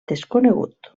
desconegut